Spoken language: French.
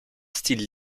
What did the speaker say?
style